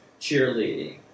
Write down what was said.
cheerleading